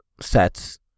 sets